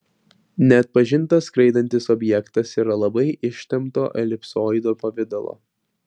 neatpažintas skraidantis objektas yra labai ištempto elipsoido pavidalo